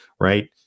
right